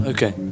Okay